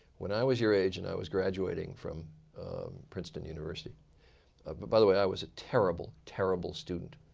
when i was your age and i was graduating from princeton university ah but by the way i was a terrible, terrible student.